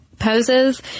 poses